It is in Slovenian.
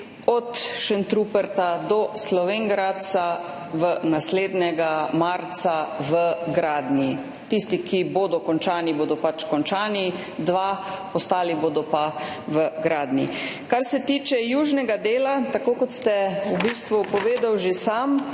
od Šentruperta do Slovenj Gradca naslednjega marca v gradnji. Tisti, ki bodo končani, bodo pač končani, dva, ostali bodo pa v gradnji. Kar se tiče južnega dela, tako kot ste v bistvu povedali že sami,